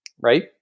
Right